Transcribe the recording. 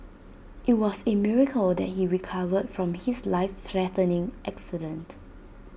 IT was A miracle that he recovered from his life threatening accident